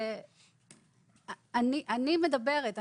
אני מדברת,